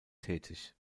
tätig